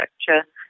structure